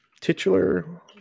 titular